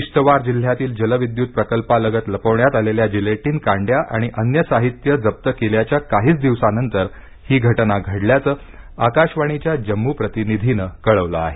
किश्तवार जिल्ह्यातील जलविद्युत प्रकल्पालगत लपवण्यात आलेल्या जिलेटिन कांड्या आणि अन्य साहित्य जप्त केल्या च्या काहीच दिवसानंतर ही घटना घडल्याचं आकाशवाणीच्या जम्मू प्रतिनिधीने कळवलं आहे